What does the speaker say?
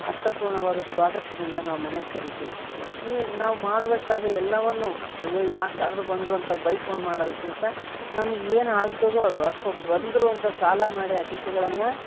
ಅರ್ಥಪೂರ್ಣವಾದ ಸ್ವಾಗತದಿಂದ ನಾವು ಮನೆಗೆ ಕರೀತಿವಿ ಈ ನಾವು ಮಾಡಬೇಕಾದ ಎಲ್ಲವನ್ನು ಅಯ್ಯೋ ಯಾಕಾದರೂ ಬಂದರು ಅಂತ ಬೈಕೊಂಡು ಮಾಡೋದಕ್ಕಿಂತ ನಮಗೆ ಏನು ಆಗ್ತದೋ ಅದು ಅಥವ ಬಂದರು ಅಂತ ಸಾಲ ಮಾಡೇ ಅತಿಥಿಗಳನ್ನ